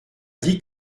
dit